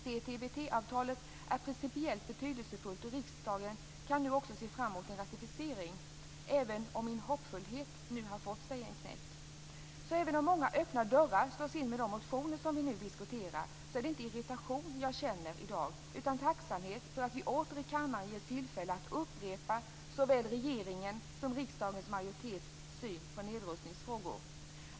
CTBT-avtalet är principiellt betydelsefullt, och riksdagen kan nu också se fram mot en ratificering. Min hoppfullhet har dock nu fått sig en knäck. Även om det slås in många öppna dörrar i de motioner som vi nu diskuterar, är det inte irritation jag känner i dag utan tacksamhet för att vi åter i kammaren ges tillfälle att upprepa såväl regeringens som riksdagsmajoritetens syn på nedrustningsfrågor.